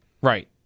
Right